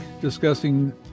discussing